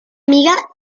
amiga